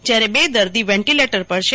ત્યારે બે દદી વેન્ટીલેટર પર છે